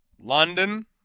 London